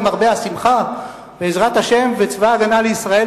למרבה השמחה ובעזרת השם וצבא-הגנה לישראל,